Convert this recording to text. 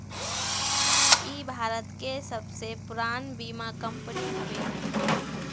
इ भारत के सबसे पुरान बीमा कंपनी हवे